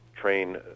train